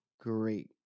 Great